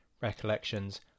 recollections